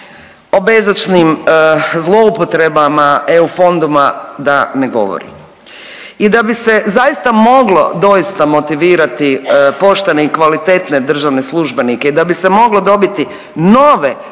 o bezočnim zloupotrebama EU fondova da ne govorim. I da bi se zaista moglo doista motivirati poštene i kvalitetne državne službenike i da bi se moglo dobiti nove kvalitetne